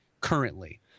currently